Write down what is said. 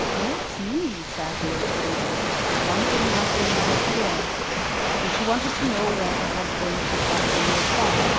bless me! said the old woman as one thing after another appeared and she wanted to know where her husband had got the mill from,